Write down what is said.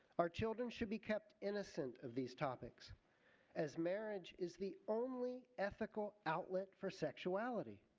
our children should be kept innocent of these topics as marriage is the only ethical outlet for sexuality.